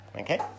okay